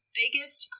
biggest